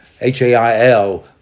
H-A-I-L